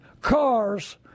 cars